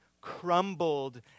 crumbled